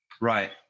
right